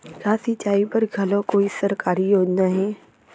का सिंचाई बर घलो कोई सरकारी योजना हे?